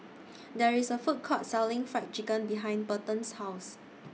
There IS A Food Court Selling Fried Chicken behind Burton's House